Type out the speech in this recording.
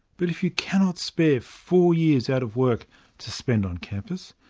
but if you cannot spare four years out of work to spend on campus,